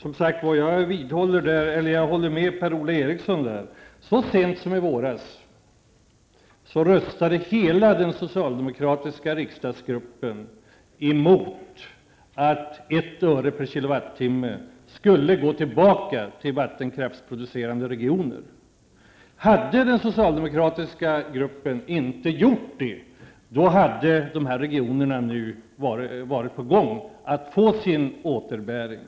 I den frågan håller jag med Per-Ola Eriksson. Så sent som i våras röstade hela den socialdemokratiska riksdagsgruppen emot att ett öre per kilowattimme skulle gå tillbaka till vattenkraftsproducerande regioner. Hade den socialdemokratiska gruppen inte röstat så, hade de regionerna nu varit på gång att få återbäring.